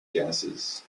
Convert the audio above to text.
gases